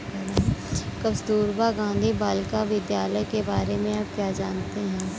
कस्तूरबा गांधी बालिका विद्यालय के बारे में आप क्या जानते हैं?